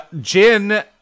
Jin